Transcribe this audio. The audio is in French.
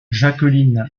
jacqueline